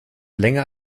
länger